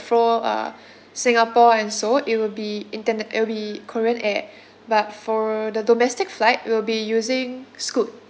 fro uh singapore and seoul it will be inten~ it'll be korean air but for the domestic flight we'll be using scoot